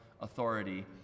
authority